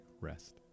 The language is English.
rest